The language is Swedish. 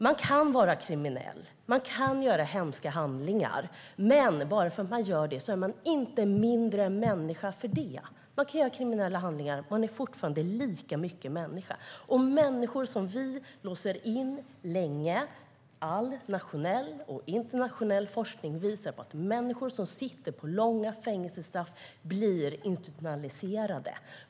Man kan vara kriminell och begå hemska handlingar, men man är inte mindre människa för det. Man kan begå kriminella handlingar, men man är fortfarande lika mycket människa. All nationell och internationell forskning visar att människor som sitter med långa fängelsestraff blir institutionaliserade.